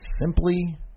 simply